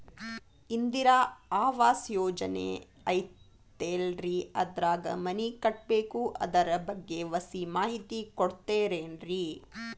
ಇಂದಿರಾ ಆವಾಸ ಯೋಜನೆ ಐತೇಲ್ರಿ ಅದ್ರಾಗ ಮನಿ ಕಟ್ಬೇಕು ಅದರ ಬಗ್ಗೆ ಒಸಿ ಮಾಹಿತಿ ಕೊಡ್ತೇರೆನ್ರಿ?